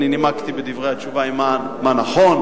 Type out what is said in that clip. אני נימקתי בדברי התשובה מה נכון,